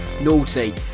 Naughty